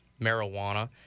marijuana